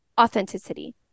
authenticity